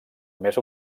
més